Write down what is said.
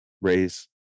raise